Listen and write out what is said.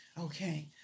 Okay